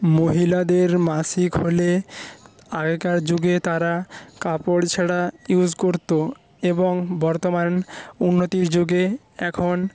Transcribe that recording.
মহিলাদের মাসিক হলে আগেকার যুগে তারা কাপড় ছেঁড়া ইউস করতো এবং বর্তমান উন্নতির যুগে এখন